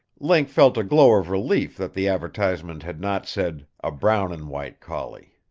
link felt a glow of relief that the advertisement had not said a brown-and-white collie.